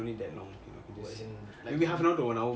as in